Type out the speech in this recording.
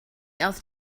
else